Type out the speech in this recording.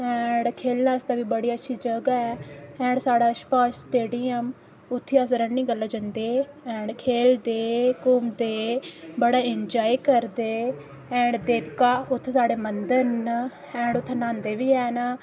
and खेलने आस्तै बी बड़ी अच्छी जगह ऐ होर साढ़े पास स्टेडियम उत्थें अस रनिंग करने जंदे एंड खेलदे घूमदे बड़ा इंजाय करदे एंड देविका उत्थें साढ़ै मंदिर न एंड उत्थैं न्हांदे बी हैन